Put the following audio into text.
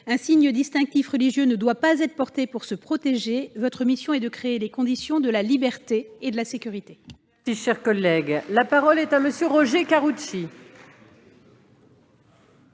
Un signe distinctif religieux ne doit pas être porté pour se protéger. Votre mission est de créer les conditions de la liberté et de la sécurité. La parole est à M. Roger Karoutchi.